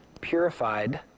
purified